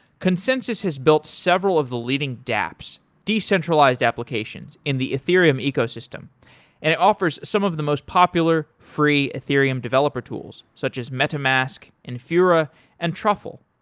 consensys has built several of the leading dapps, decentralized applications, in the ethereum ecosystem and offers some of the most popular free ethereum developer tools such as metamask, infura and truffle.